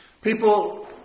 People